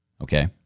Okay